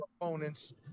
opponents